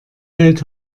hält